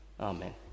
Amen